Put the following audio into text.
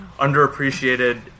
underappreciated